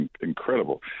incredible